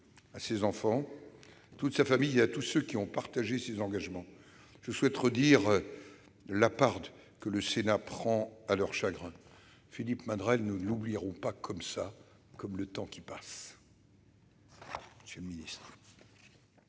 à ses enfants, à toute sa famille et à tous ceux qui ont partagé ses engagements, je souhaite redire la part que le Sénat prend à leur chagrin. Philippe Madrelle, nous ne l'oublierons pas comme ça, comme le temps qui passe